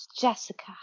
Jessica